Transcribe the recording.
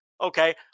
okay